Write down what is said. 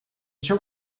shirt